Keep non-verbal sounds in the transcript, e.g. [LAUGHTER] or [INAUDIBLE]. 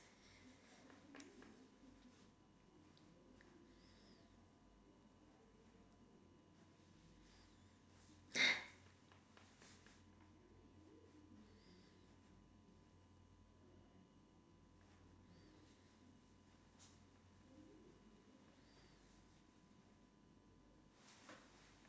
[LAUGHS]